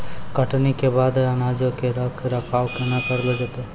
कटनी के बाद अनाजो के रख रखाव केना करलो जैतै?